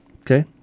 Okay